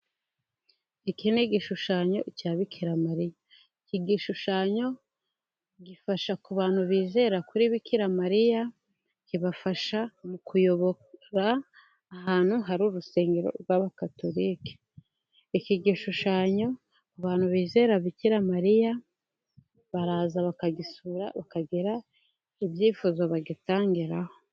Iki ni igishushanyo cya Bikiramariya, iki gishushanyo gifasha ku bantu bizera kuri bikira mariya, kibafasha mu kuyobora ahantu hari urusengero rw'abakatolike, iki gishushanyo abantu bizera Bikiramariya, baraza bakagisura bakagira ibyifuzo bagitangiraho.